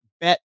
Bet